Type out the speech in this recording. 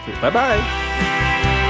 bye-bye